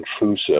intrusive